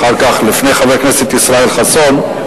לפני חבר הכנסת ישראל חסון,